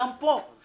גם פה,